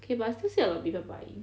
okay but I still see a lot of people buying